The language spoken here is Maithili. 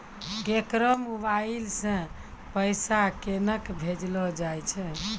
केकरो मोबाइल सऽ पैसा केनक भेजलो जाय छै?